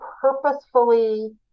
purposefully